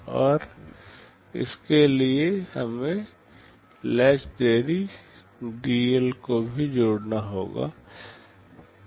और इसके लिए हमें लेच देरी dL को भी जोड़ना होगा